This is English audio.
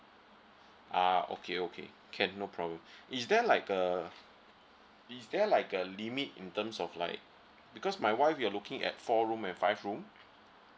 ah okay okay can no problem is there like a is there like a limit in terms of like because my wife we are looking at four room and five room